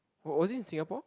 wa~ was it in Singapore